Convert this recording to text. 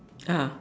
(uh huh)